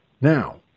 Now